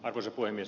arvoisa puhemies